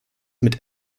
mit